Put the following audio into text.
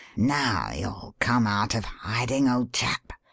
now you'll come out of hiding, old chap,